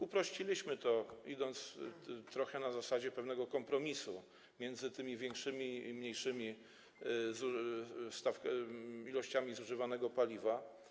Uprościliśmy to na zasadzie pewnego kompromisu między tymi większymi i mniejszymi ilościami zużywanego paliwa.